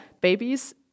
Babies